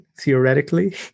Theoretically